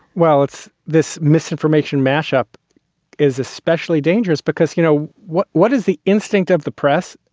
well, it's this misinformation mash up is especially dangerous because, you know, what what is the instinct of the press?